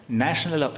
national